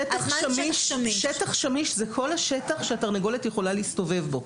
שטח שמיש זה כל השטח שהתרנגולת יכולה להסתובב בו.